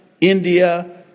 India